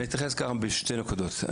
אני אתייחס כאן בשתי נקודות.